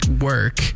work